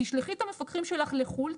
תשלחי את המפקחים שלך לחו"ל,